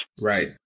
Right